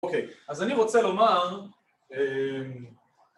‫אוקיי, אז אני רוצה לומר...